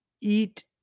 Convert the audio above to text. eat